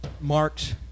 marks